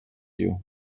you